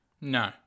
No